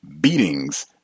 beatings